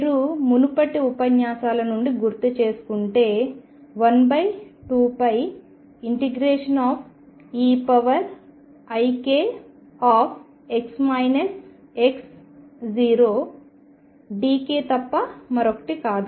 మీరు మునుపటి ఉపన్యాసాల నుండి గుర్తుచేసుకుంటే 12π∫eikdk తప్ప మరొకటి లేదు